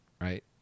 right